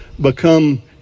become